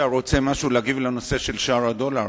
אתה רוצה להגיב על שער הדולר,